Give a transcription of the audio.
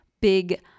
big